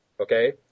okay